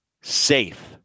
Safe